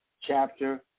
chapter